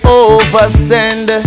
overstand